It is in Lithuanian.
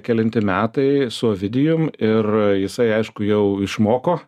kelinti metai su ovidijum ir jisai aišku jau išmoko